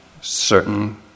certain